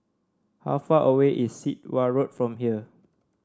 how far away is Sit Wah Road from here